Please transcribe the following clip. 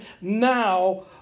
now